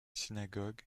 synagogue